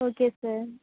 okay sir